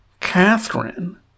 Catherine